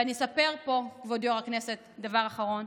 ואני אספר פה, כבוד יו"ר הישיבה, דבר אחרון.